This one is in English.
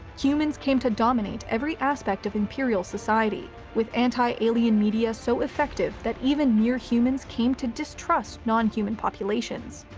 humans came to dominate every aspect of imperial society, with anti-alien media so effective that even near-humans came to distrust non-human populations.